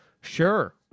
Sure